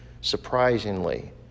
surprisingly